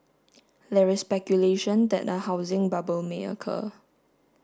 there is speculation that a housing bubble may occur